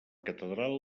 catedral